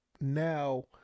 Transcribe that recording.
now